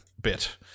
bit